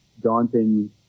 daunting